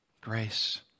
Grace